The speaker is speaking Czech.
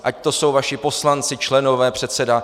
Ať to jsou vaši poslanci, členové, předseda.